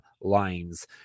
lines